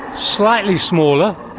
slightly smaller,